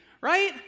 right